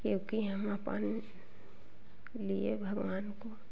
क्योंकि हम अपन लिए भगवान को